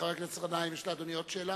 חבר הכנסת גנאים, יש לאדוני עוד שאלה?